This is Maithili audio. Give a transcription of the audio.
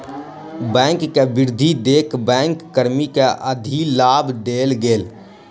बैंक के वृद्धि देख बैंक कर्मी के अधिलाभ देल गेल